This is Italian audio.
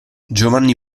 giovanni